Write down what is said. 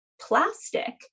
plastic